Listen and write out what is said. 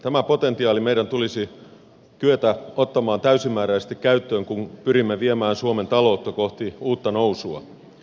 tämä potentiaali meidän tulisi kyetä ottamaan täysimääräisesti käyttöön kun pyrimme viemään suomen taloutta kohti uutta nousua